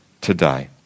today